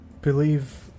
believe